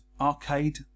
arcade